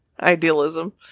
Idealism